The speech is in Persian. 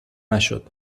نشد